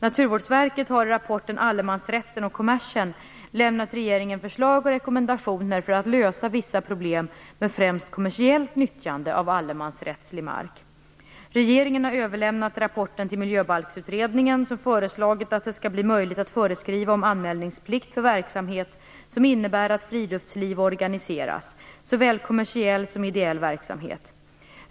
Naturvårdsverket har i rapporten "Allemansrätten och kommersen" lämnat regeringen förslag och rekommendationer för att lösa vissa problem med främst kommersiellt nyttjande av allemansrättslig mark. Regeringen har överlämnat rapporten till Miljöbalksutredningen som föreslagit att det skall bli möjligt att föreskriva om anmälningsplikt för verksamhet som innebär att friluftsliv organiseras, såväl kommersiell som ideell verksamhet.